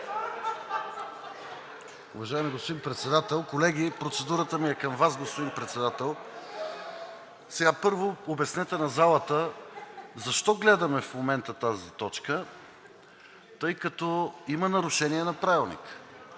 Уважаеми господин Председател, колеги! Процедурата ми е към Вас, господин Председател. Първо, обяснете на залата защо гледаме в момента тази точка, тъй като има нарушение на Правилника.